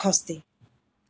সাতষষ্ঠী